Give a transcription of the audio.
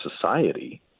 society